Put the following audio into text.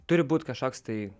turi būt kažkoks tai